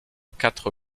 quatre